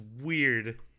weird